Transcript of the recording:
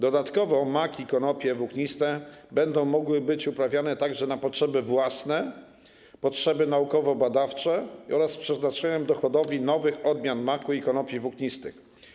Dodatkowo mak i konopie włókniste będą mogły być uprawiane także na potrzeby własne, potrzeby naukowo-badawcze oraz z przeznaczeniem do hodowli nowych odmian maku i konopi włóknistych.